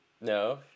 No